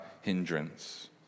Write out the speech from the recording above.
hindrance